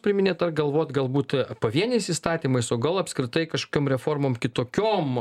priiminėt ar galvot galbūt pavieniais įstatymais o gal apskritai kažkiom reformom kitokiom